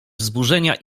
wzburzenia